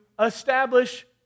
establish